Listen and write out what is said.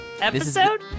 Episode